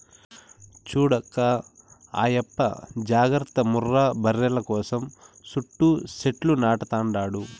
చూడక్కా ఆయప్ప జాగర్త ముర్రా బర్రెల కోసం సుట్టూ సెట్లు నాటతండాడు